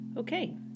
Okay